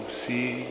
see